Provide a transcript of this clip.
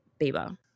Bieber